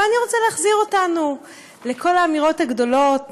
אבל אני רוצה להחזיר אותנו לכל האמירות הגדולות